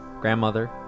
Grandmother